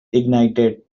ignited